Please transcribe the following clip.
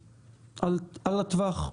שלכם, על הטווח.